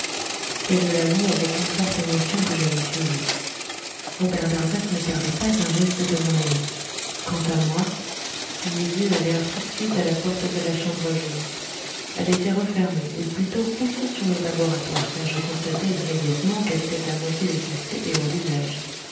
c'est je l'avoue avec une forte émotion que je l'y suivis robert darzac ne perdait pas un geste de mon ami quant à moi mes yeux allèrent tout de suite à la porte de la chambre jaune elle était refermée ou plutôt poussée sur le laboratoire car je constatai immédiatement qu'elle était à moitié défoncée et hors d'usage